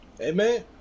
amen